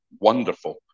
wonderful